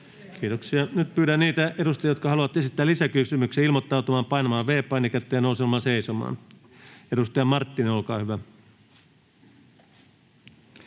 Kiitoksia. — Nyt pyydän niitä edustajia, jotka haluavat esittää lisäkysymyksiä, ilmoittautumaan painamalla V-painiketta ja nousemalla seisomaan. — Edustaja Marttinen, olkaa hyvä.